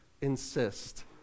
insist